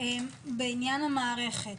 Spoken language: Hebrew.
בעניין המערכת,